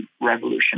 revolution